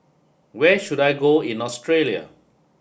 where should I go in Australia